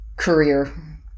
career